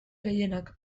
gehienak